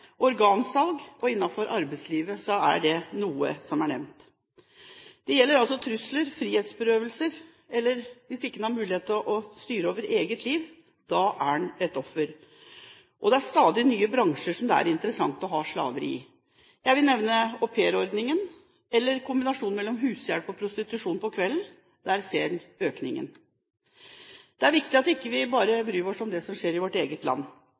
og organsalg er noe som er nevnt – også innenfor arbeidslivet er dette temaet aktuelt. Når man blir utsatt for trusler, frihetsberøvelse eller ikke har mulighet til å styre sitt eget liv, er man et offer. Det er i stadig nye bransjer interessant å ha slaveri. Jeg vil nevne aupairordningen. Kombinasjonen mellom hushjelp og prostitusjon på kvelden ser man en økning av. Det er viktig at vi ikke bare bryr oss om det som skjer i vårt eget land.